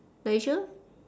you got issue